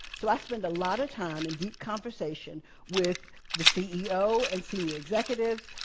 so i spend a lot of time in deep conversation with the ceo and senior executives,